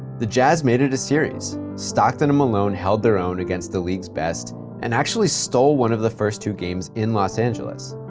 the jazz made it a series. stockton and malone held their own against the league's best and actually stole one of the first two games in los angeles.